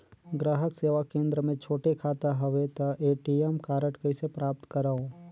ग्राहक सेवा केंद्र मे छोटे खाता हवय त ए.टी.एम कारड कइसे प्राप्त करव?